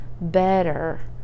better